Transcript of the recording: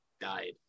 died